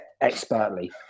expertly